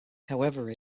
however